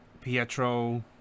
Pietro